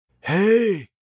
Hey